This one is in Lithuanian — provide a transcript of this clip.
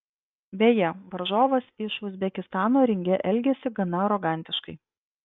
beje varžovas iš uzbekistano ringe elgėsi gana arogantiškai